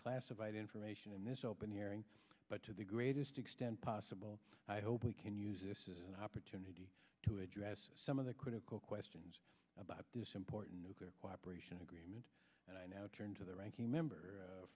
classified information in this open hearing but to the greatest extent possible i hope we can use this as an opportunity to address some of the critical questions about this important nuclear cooperation agreement and i now turn to the ranking member